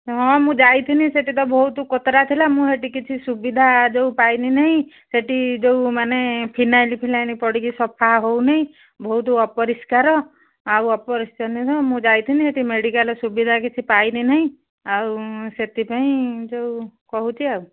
ହଁ ମୁଁ ଯାଇଥିଲି ସେଠି ତ ବହୁତ କୋତରା ଥିଲା ମୁଁ ସେଠି କିଛି ସୁବିଧା ଯେଉଁ ପାଇଲି ନାହିଁ ସେଠି ଯେଉଁମାନେ ଫିନାଇଲ୍ ଫିନାଇଲ୍ ପଡ଼ିକି ସଫା ହଉନାହିଁ ବହୁତ ଅପରିଷ୍କାର ଆଉ ଅପରିଷ୍କାର ମୁଁ ଯାଇଥିଲି ସେଠି ମେଡ଼ିକାଲ ସୁବିଧା କିଛି ପାଇଲି ନାହିଁ ଆଉ ସେଥିପାଇଁ ଯେଉଁ କହୁଛି ଆଉ